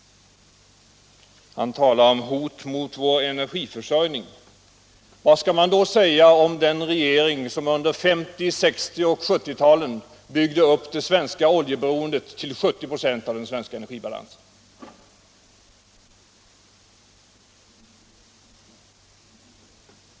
Han talar om hot mot vår energiförsörjning. Vad skall man då säga om den regering som under 1950-, 1960 och 1970-talen byggde upp det svenska oljeberoendet till 70 96 av den svenska energibalansen?